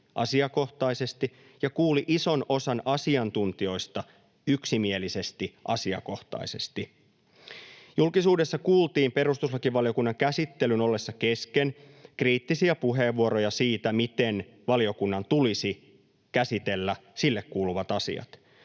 asiakohtaisesti ja kuuli ison osan asiantuntijoista yksimielisesti, asiakohtaisesti. Julkisuudessa kuultiin perustuslakivaliokunnan käsittelyn ollessa kesken kriittisiä puheenvuoroja siitä, miten valiokunnan tulisi käsitellä sille kuuluvat asiat.